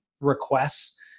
requests